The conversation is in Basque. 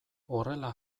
horrela